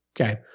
okay